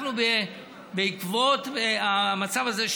בעקבות המצב הזה,